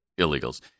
illegals